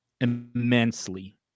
immensely